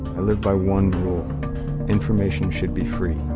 i live by one rule information should be free.